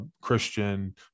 christian